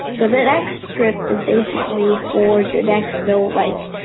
but the next trip is basically for your deck. so, like,